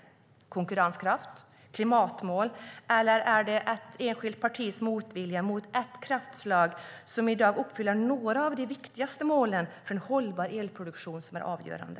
Är det konkurrenskraft, klimatmål eller ett enskilt partis motvilja mot ett energislag som i dag uppfyller några av de viktigaste målen för hållbar elproduktion som är avgörande?